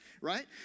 right